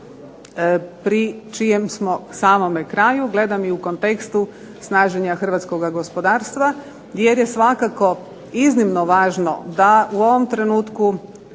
pri čijem smo samome kraju, gledam i u kontekstu snaženja hrvatskoga gospodarstva. Jer je svakako iznimno važno da u ovom trenutku